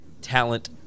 talent